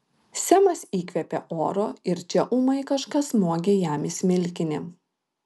semas įkvėpė oro ir čia ūmai kažkas smogė jam į smilkinį